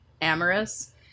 amorous